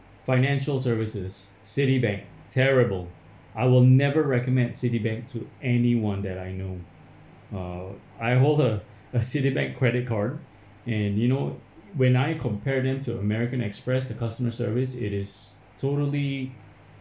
financial services citibank terrible I will never recommenced citibank to anyone that I know uh I hold a a citibank credit card and you know when I compared it to american express the customer service it is totally